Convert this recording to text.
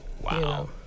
Wow